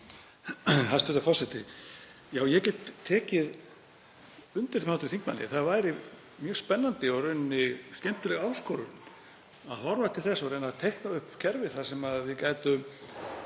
Hæstv. forseti. Ég get tekið undir með hv. þingmanni að það væri mjög spennandi og í rauninni skemmtileg áskorun að horfa til þess og reyna að teikna upp kerfi þar sem við gætum